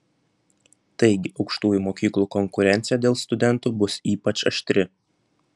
taigi aukštųjų mokyklų konkurencija dėl studentų bus ypač aštri